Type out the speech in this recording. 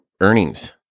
earnings